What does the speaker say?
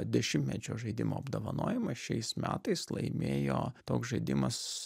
dešimtmečio žaidimo apdovanojimą šiais metais laimėjo toks žaidimas